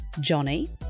Johnny